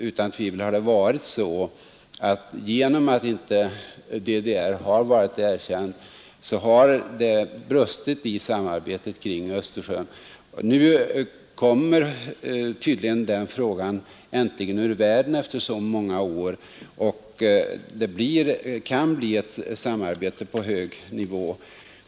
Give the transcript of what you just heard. Utan tvivel har det brustit i samarbetet kring Östersjön genom att DDR inte har erkänts. Nu kommer tydligen den saken efter många år äntligen ur världen, och det kan bli ett samarbete på hög nivå.